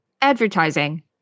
Advertising